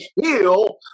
heal